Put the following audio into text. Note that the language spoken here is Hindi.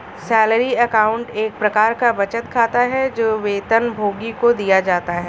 सैलरी अकाउंट एक प्रकार का बचत खाता है, जो वेतनभोगी को दिया जाता है